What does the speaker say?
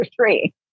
three